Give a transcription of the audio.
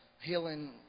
healing